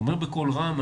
אומר בקול רם,